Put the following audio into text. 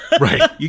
Right